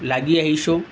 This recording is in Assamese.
লাগি আহিছোঁ